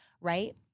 right